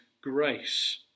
grace